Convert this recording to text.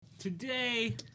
Today